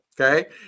okay